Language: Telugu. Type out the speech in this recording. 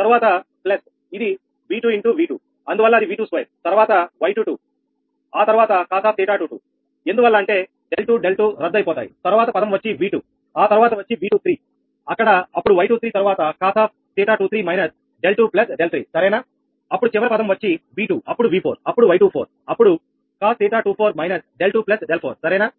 తరవాత ప్లస్ ఇది 𝑉2 ∗ 𝑉2 అందువల్ల అది 𝑉22 తరువాత 𝑌22 ఆ తరువాత cos𝜃22 ఎందువల్ల అంటే 𝛿2 𝛿2 రద్దు అయిపోతాయి తరువాత పదం వచ్చి V2 ఆ తర్వాత వచ్చి V23 అక్కడ అప్పుడు 𝑌23 తరువాత cos𝜃23 − 𝛿2 𝛿3 సరేనా అప్పుడు చివరి పదం వచ్చి 𝑉2 అప్పుడు 𝑉4 అప్పుడు 𝑌24 అప్పుడు cos𝜃24 − 𝛿2 𝛿4 సరేనా